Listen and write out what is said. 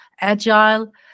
agile